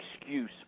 excuse